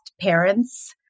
parents